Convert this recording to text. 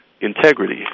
integrity